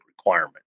requirement